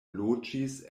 loĝis